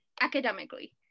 academically